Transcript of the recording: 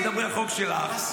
תדברי על החוק שלך,